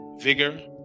vigor